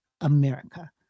America